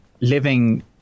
living